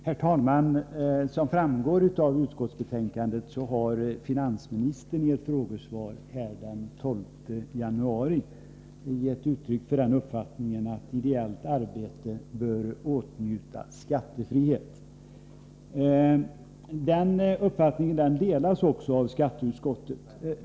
Herr talman! Som framgår av utskottets betänkande har finansministern i ett frågesvar här den 12 januari gett uttryck för den uppfattningen att ideellt arbete bör åtnjuta skattefrihet. Den uppfattningen delas av skatteutskottet.